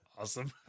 Awesome